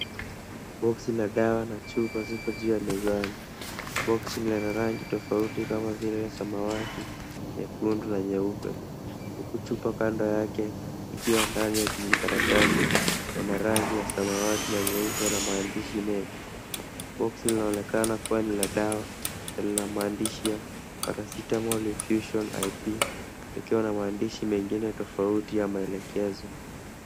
Boxi la dawa na chupa ziko juu ya mezani, boxi ni la rangi tofauti kama vile samawati, nyekundu na nyeupe. Huku chupa kando yake ikiwa ndani ya kiji karatasi na rangi ya samawati na nyeupe na maandishi mengi. Boxi inaonekana kuwa ni la dawa, lina maandishi ya paracetamol infusion IP ikiwa na maandishi mengine tofauti ya maelekezo.